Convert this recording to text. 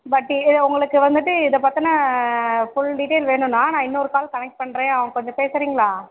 வட்டியே உங்களுக்கு வந்துவிட்டு இதை பற்றின ஃபுல் டீட்டெயில் வேணுன்னா நான் இன்னொரு கால் கனெக்ட் பண்ணுறேன் அவங்க கொஞ்சம் பேசுறீங்களா